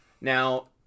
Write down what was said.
Now